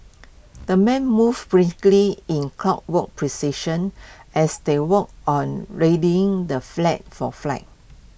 the men moved briskly in clockwork precision as they worked on readying the flag for flight